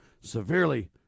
severely